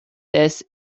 this